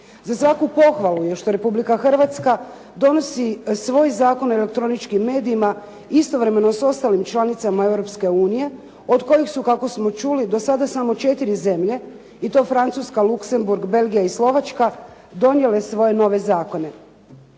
Za svaku pohvalu je što Republika Hrvatska donosi svoj Zakon o elektroničkim medijima istovremeno sa ostalim članicama Europske unije od kojih su kako smo čuli do sada samo četiri zemlje i to Francuska, Luxemburg, Belgija i Slovačka donijele svoje nove zakone.